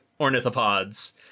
ornithopods